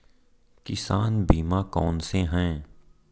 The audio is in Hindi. किसान बीमा कौनसे हैं?